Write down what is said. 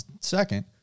second